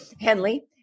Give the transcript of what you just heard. Henley